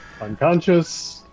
Unconscious